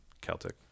celtic